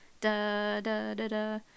Da-da-da-da